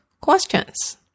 questions